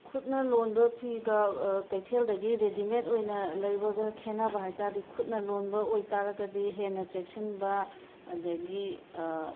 ꯈꯨꯠꯅ ꯂꯣꯟꯕ ꯐꯤꯒ ꯀꯩꯊꯦꯜꯗꯒꯤ ꯔꯦꯗꯤꯃꯦꯗ ꯑꯣꯏꯅ ꯂꯩꯕꯒ ꯈꯦꯟꯅꯕ ꯍꯥꯏ ꯇꯥꯔꯗꯤ ꯈꯨꯠꯅ ꯂꯣꯟꯕ ꯑꯣꯏꯇꯥꯔꯒꯗꯤ ꯍꯦꯟꯅ ꯆꯦꯛꯁꯤꯟꯕ ꯑꯗꯒꯤ